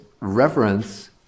reverence